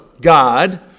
God